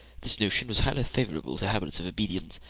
this notion was highly favorable to habits of obedience,